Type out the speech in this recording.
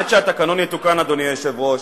עד שהתקנון יתוקן, אדוני היושב-ראש,